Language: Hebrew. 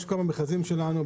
מה שקורה במכרזים שלנו,